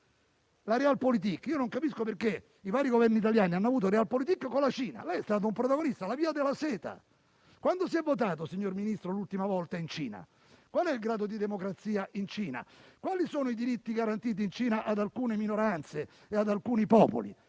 quello in atto. Non capisco perché i vari Governi italiani abbiano avuto *realpolitik* con la Cina - lei è stato un protagonista - la via della seta. Quando si è votato in Cina l'ultima volta, signor Ministro? Qual è il grado di democrazia in Cina? Quali sono i diritti garantiti in Cina ad alcune minoranze e ad alcuni popoli?